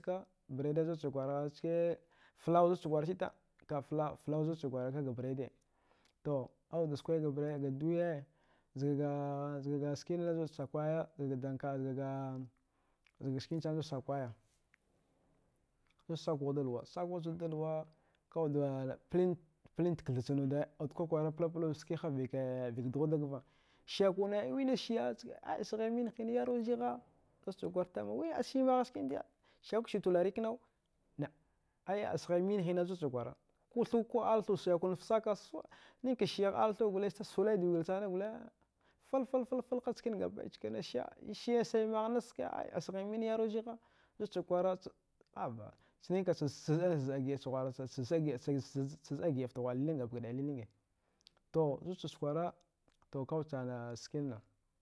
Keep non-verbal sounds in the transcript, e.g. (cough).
Ka buruche zuta wude za ci kwara, flour wude to gwre cita ba flom zu wude to kwa ka bread dauka skwa ga doya zga-zga ski na za wude skwa aw-sth skine-aau skine zu wudu skwaya us skwagha da luwa, ka wude ka wude da plan plan da kathcin wude, ana a wude pla-pla ske vike duha da luwa, pla da gathcine wudu at ku kwari pla-pla ske vike dugha dagi da luwa. shikwana, wana shiya hezta, a zugha wudan yelwa zigha, zta ci kwara, shife shiya a turare kana aya azhe mani gha zudu kwara, alla kelfe, alla thuwe shiya ku fte zsaka, shiya alla thuwe za wudu sallah, ga wila sana gwal ana fal-fal-fal nckena, shiya shiya, shiya magha na ske, sosahi mine izka ina yerwa zha da kwara, akha haba, sihi ka shika, zida-zida gida zese fte hwa'a liliga. (unintelligible)